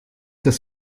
das